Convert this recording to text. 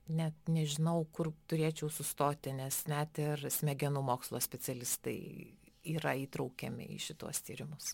net nežinau kur turėčiau sustoti nes net ir smegenų mokslo specialistai yra įtraukiami į šituos tyrimus